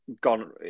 gone